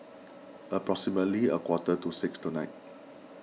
approximately a quarter to six tonight